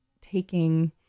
taking